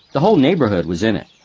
the whole neighbourhood was in it.